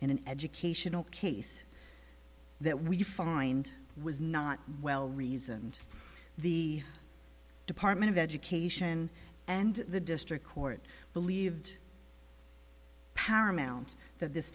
in an educational case that we find was not well reasoned the department of education and the district court believed paramount that this